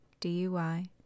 DUI